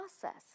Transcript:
process